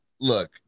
Look